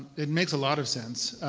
it makes a lot of sense.